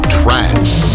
trance